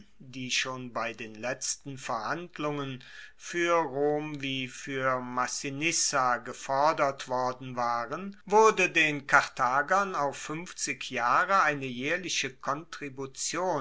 die schon bei den letzen verhandlungen fuer rom wie fuer massinissa gefordert worden waren wurde den karthagern auf fuenfzig jahre eine jaehrliche